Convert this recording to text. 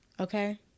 Okay